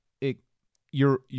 it—you're